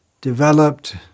developed